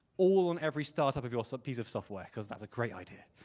all on every start up of your so piece of software, cause that's a great idea.